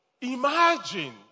imagine